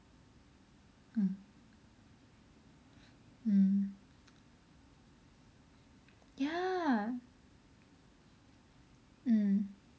mm mm ya mm